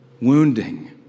wounding